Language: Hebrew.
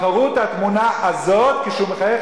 בחרו את התמונה הזאת כשהוא מחייך.